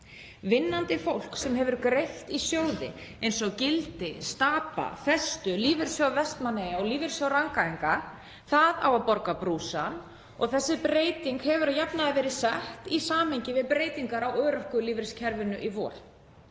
Vinnandi fólk sem hefur greitt í sjóði eins og Gildi, Stapa, Festu, Lífeyrissjóð Vestmannaeyja og Lífeyrissjóð Rangæinga á að borga brúsann og þessi breyting hefur að jafnaði verið sett í samhengi við breytingar á örorkulífeyriskerfinu í vor.